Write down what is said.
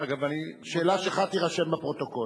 השאלה שלך תירשם בפרוטוקול.